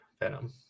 venom